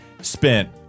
spent